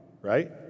right